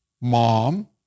Mom